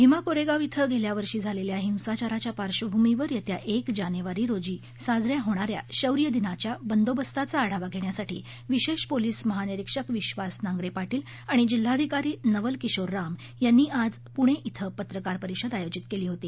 भीमा कोरेगाव इथं गेल्या वर्षी झालेल्या हिंसाचाराच्या पार्श्वभूमीवर येत्या एक जानेवारी रोजी साजऱ्या होणाऱ्या शौर्य दिनाच्या बंदोबस्ताचा आढावा घेण्यासाठी विशेष पोलीस महानिरीक्षक विश्वास नांगरे पाटील आणि जिल्हाधिकारी नवल किशोर राम यांनी आज पुणे िं पत्रकार परिषद आयोजित केली होती